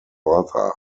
brother